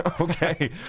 Okay